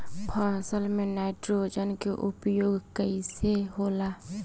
फसल में नाइट्रोजन के उपयोग कइसे होला?